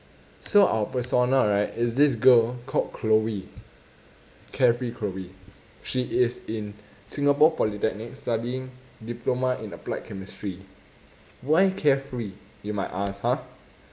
so our persona right is this girl called chloe carefree chloe she is in singapore polytechnic studying diploma in applied chemistry why carefree you might ask !huh!